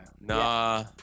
Nah